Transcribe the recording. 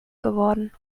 geworden